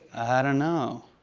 i don't know.